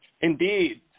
Indeed